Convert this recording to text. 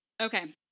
Okay